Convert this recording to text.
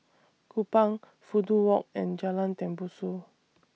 Kupang Fudu Walk and Jalan Tembusu